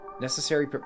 necessary